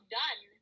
done